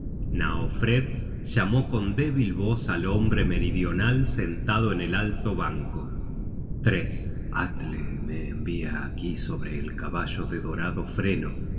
knaefroed llamó con débil voz al hombre meridional sentado en el alto banco atle me envia aquí sobre el caballo de dorado freno